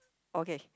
okay